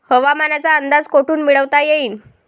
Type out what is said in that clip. हवामानाचा अंदाज कोठून मिळवता येईन?